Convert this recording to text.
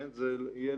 זה יהיה